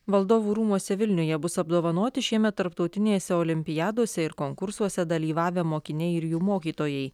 valdovų rūmuose vilniuje bus apdovanoti šiemet tarptautinėse olimpiadose ir konkursuose dalyvavę mokiniai ir jų mokytojai